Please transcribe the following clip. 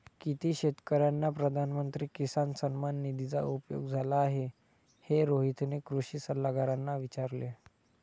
किती शेतकर्यांना प्रधानमंत्री किसान सन्मान निधीचा उपयोग झाला आहे, हे रोहितने कृषी सल्लागारांना विचारले